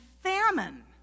famine